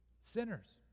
Sinners